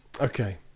okay